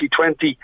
2020